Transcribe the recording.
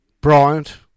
Bryant